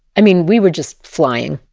i mean, we were just flying.